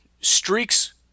Streaks